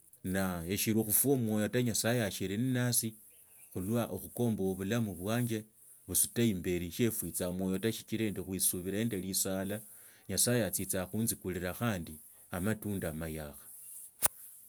No eshira khuswa mwoyo ta nyasaye ashiri nnase khulwa okhukomba bulamu bwanje esuta imbali shiefutsa mwoyo ta sichina ndiikhuisubila nande lisala. nyasaye atsisaa khutsikuriraa handi amatunda amayakha.